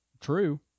True